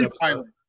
pilot